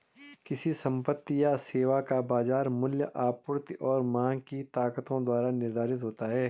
किसी संपत्ति या सेवा का बाजार मूल्य आपूर्ति और मांग की ताकतों द्वारा निर्धारित होता है